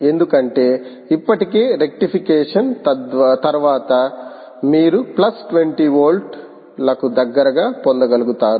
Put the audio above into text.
ఎందుకంటే ఇప్పటికే రెక్టిఫికేషన్ తర్వాత మీరు ప్లస్ 20 వోల్ట్లకు దగ్గరగా పొందగలుగుతారు